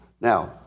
Now